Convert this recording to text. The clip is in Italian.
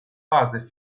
fase